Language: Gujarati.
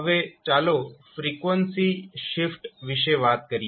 હવે ચાલો ફ્રીક્વન્સી શિફ્ટ વિશે વાત કરીએ